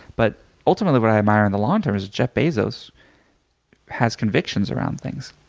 but ultimately what i admire in the long term is jeff bezos has convictions around things.